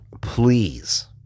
please